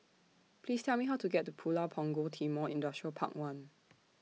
Please Tell Me How to get to Pulau Punggol Timor Industrial Park one